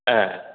ए